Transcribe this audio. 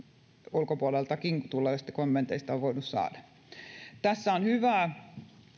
ulkopuoleltakin tulleista kommenteista on voinut saada käsityksen tässä lakiesityksessä on hyvää